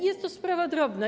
Jest to sprawa drobna.